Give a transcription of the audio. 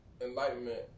Enlightenment